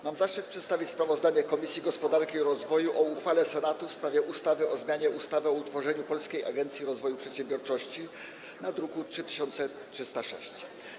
Mam zaszczyt przedstawić sprawozdanie Komisji Gospodarki i Rozwoju o uchwale Senatu w sprawie ustawy o zmianie ustawy o utworzeniu Polskiej Agencji Rozwoju Przedsiębiorczości, druk nr 3306.